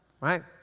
right